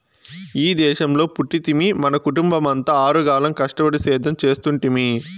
ఈ దేశంలో పుట్టితిమి మన కుటుంబమంతా ఆరుగాలం కష్టపడి సేద్యం చేస్తుంటిమి